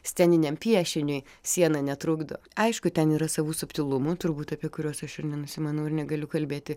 sceniniam piešiniui siena netrukdo aišku ten yra savų subtilumų turbūt apie kuriuos aš ir nenusimanau ir negaliu kalbėti